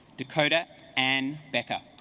dakota and becca